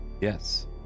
Yes